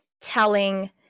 telling